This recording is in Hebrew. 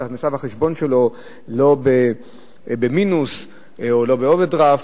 את ההכנסה בחשבון שלו לא במינוס או לא באוברדרפט,